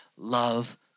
Love